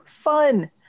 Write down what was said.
fun